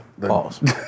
Pause